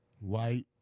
white